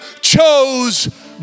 chose